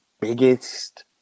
biggest